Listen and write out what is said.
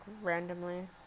randomly